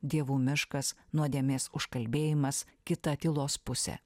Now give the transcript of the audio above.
dievų miškas nuodėmės užkalbėjimas kita tylos pusė